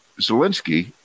Zelensky